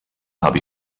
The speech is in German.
habe